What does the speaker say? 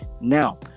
Now